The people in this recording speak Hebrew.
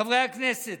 חברי הכנסת,